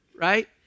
right